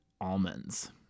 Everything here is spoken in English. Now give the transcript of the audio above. almonds